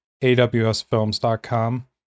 awsfilms.com